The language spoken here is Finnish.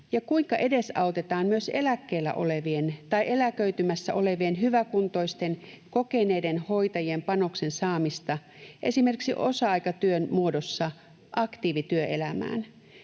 Kuinka edesautetaan myös eläkkeellä olevien tai eläköitymässä olevien hyväkuntoisten kokeneiden hoitajien panoksen saamista esimerkiksi osa-aikatyön muodossa aktiivityöelämään?